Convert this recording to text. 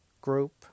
Group